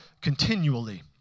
continually